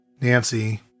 Nancy